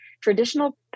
traditional